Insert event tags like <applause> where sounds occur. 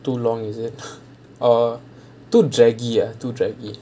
too long is it <laughs> or too draggy ah to draggy